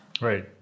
Right